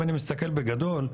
אם אני מסתכל בגדול,